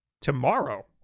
Tomorrow